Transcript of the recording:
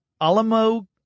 Alamo